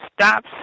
Stop